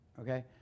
okay